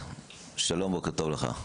בוקר טוב לך.